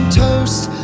toast